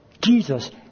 Jesus